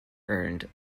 earned